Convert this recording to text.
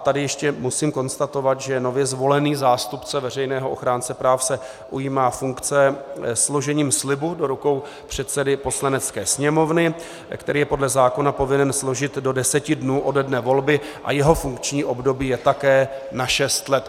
Tady ještě musím konstatovat, že nově zvolený zástupce veřejného ochránce práv se ujímá funkce složením slibu do rukou předsedy Poslanecké sněmovny, který je podle zákona povinen složit do deseti dnů ode dne volby, a jeho funkční období je také na šest let.